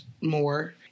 more